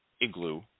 igloo